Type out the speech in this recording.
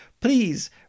Please